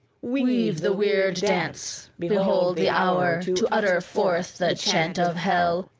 weave the weird dance behold the hour to utter forth the chant of hell,